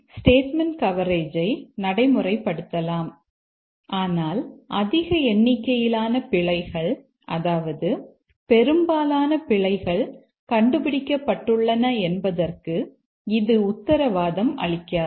நாம் ஸ்டேட்மெண்ட் கவரேஜை நடைமுறைப்படுத்தலாம் ஆனால் அதிக எண்ணிக்கையிலான பிழைகள் அதாவது பெரும்பாலான பிழைகள் கண்டுபிடிக்கப்பட்டுள்ளன என்பதற்கு இது உத்தரவாதம் அளிக்காது